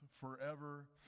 forever